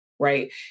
right